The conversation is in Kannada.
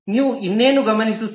ನೀವು ಇನ್ನೇನು ಗಮನಿಸುತ್ತೀರಿ